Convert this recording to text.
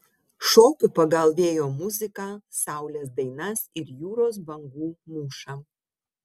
šoku pagal vėjo muziką saulės dainas ir jūros bangų mūšą